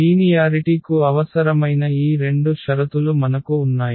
linearity కు అవసరమైన ఈ రెండు షరతులు మనకు ఉన్నాయి